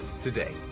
today